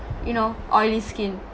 you know oily skin